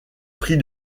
prix